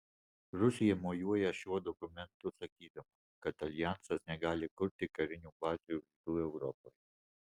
rusija mojuoja šiuo dokumentu sakydama kad aljansas negali kurti karinių bazių rytų europoje